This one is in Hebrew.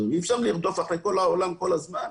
ואי אפשר לרדוף אחרי כל העולם כל הזמן.